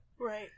right